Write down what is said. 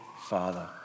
Father